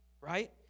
right